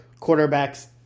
quarterbacks